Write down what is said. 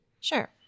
Sure